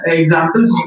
examples